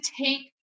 take